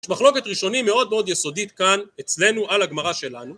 יש מחלוקת ראשונית מאוד מאוד יסודית כאן אצלנו על הגמרא שלנו